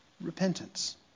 repentance